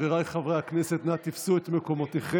חבריי חברי הכנסת, נא תפסו את מקומותיכם.